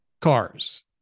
Cars